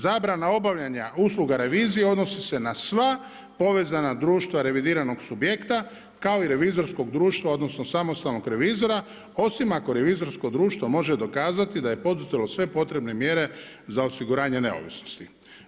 Zabrana obavljanja usluga revizije odnosi se na sva povezana društva revidiranog subjekta kao i revizorskog društva, odnosno samostalnog revizora osim ako revizorsko društvo može dokazati da je poduzelo sve potrebne mjere za osiguranje neovisnosti.